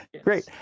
Great